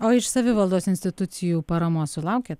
o iš savivaldos institucijų paramos sulaukiat